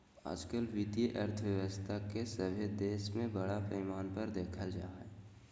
आजकल वित्तीय अर्थशास्त्र के सभे देश में बड़ा पैमाना पर देखल जा हइ